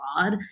broad